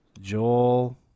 Joel